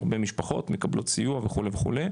הרבה משפחות מקבלות סיוע וכו' וכו'.